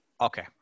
Okay